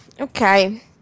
okay